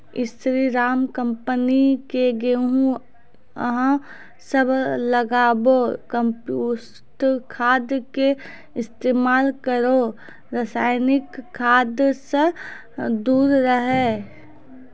स्री Ram company के गेहूँ अहाँ सब लगाबु कम्पोस्ट खाद के इस्तेमाल करहो रासायनिक खाद से दूर रहूँ?